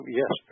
yes